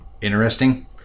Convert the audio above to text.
interesting